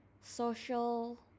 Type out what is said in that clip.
social